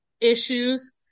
issues